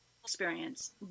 experience